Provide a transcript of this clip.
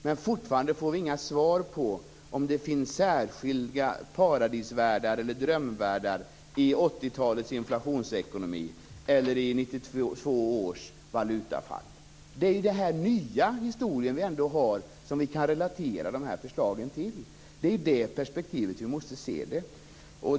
Men fortfarande får vi inga svar på om det finns särskilda paradisvärldar eller drömvärldar i 80-talets inflationsekonomi eller i 1992 års valutafall. Det är den nya historien som vi kan relatera de här förslagen till. Det är i det perspektivet vi måste se det.